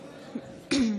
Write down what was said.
רגע.